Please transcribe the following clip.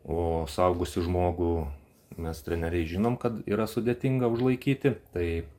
o suaugusį žmogų mes treneriai žinom kad yra sudėtinga užlaikyti tai